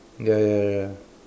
ya ya ya ya